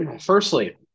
Firstly